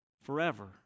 forever